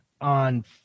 on